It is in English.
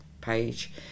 page